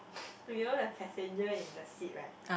so you know the passenger in the seat right